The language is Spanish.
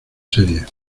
serie